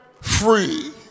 free